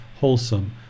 wholesome